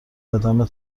عدم